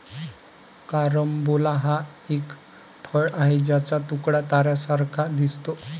carambola हे एक फळ आहे ज्याचा तुकडा ताऱ्यांसारखा दिसतो